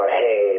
hey